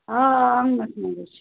آ آ آنٛگنَس منٛزٕے چھُ